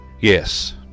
yes